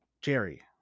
Jerry